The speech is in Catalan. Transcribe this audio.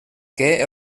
què